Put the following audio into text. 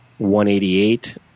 188